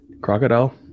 Crocodile